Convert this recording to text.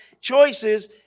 choices